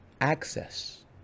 access